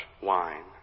wine